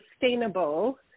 sustainable